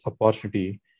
opportunity